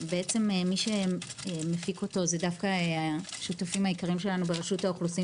מי שמפיק אותו הם השותפים העיקריים שלנו ברשות האוכלוסין